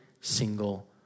single